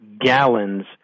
gallons